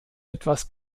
etwas